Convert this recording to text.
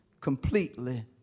completely